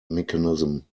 mechanism